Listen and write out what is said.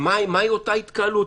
מהי אותה התקהלות.